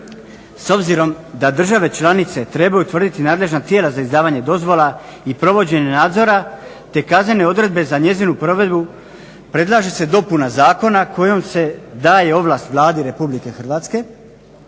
S obzirom da države članice trebaju utvrditi nadležna tijela za izdavanje dozvola i provođenje nadzora te kaznene odredbe za njezinu provedbu predlaže se dopuna zakona kojom se daje ovlast Vladi RH za